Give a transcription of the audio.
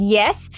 yes